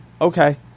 Okay